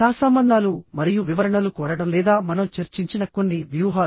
సహసంబంధాలు మరియు వివరణలు కోరడం లేదా మనం చర్చించిన కొన్ని వ్యూహాలు